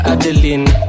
Adeline